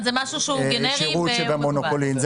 זה מקובל.